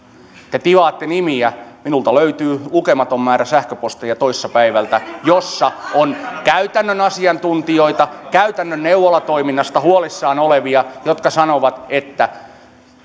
te tivaatte nimiä minulta löytyy lukematon määrä sähköposteja toissa päivältä joissa on käytännön asiantuntijoita käytännön neuvolatoiminnasta huolissaan olevia jotka sanovat että